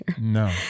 No